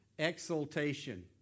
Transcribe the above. Exaltation